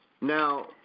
Now